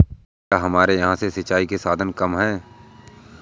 क्या हमारे यहाँ से सिंचाई के साधन कम है?